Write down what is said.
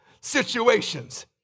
situations